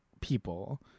people